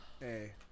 Hey